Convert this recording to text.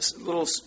little